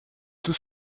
tout